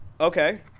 Okay